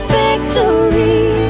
victory